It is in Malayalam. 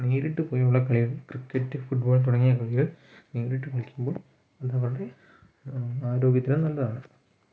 നേരിട്ട് പോയുള്ള കളികൾ ക്രിക്കറ്റ് ഫുട്ബോൾ പോലെയുളള കളികൾ നേരിട്ട് കളിക്കുമ്പോൾ അതവരുടെ ആരോഗ്യത്തിന് നല്ലതാണ്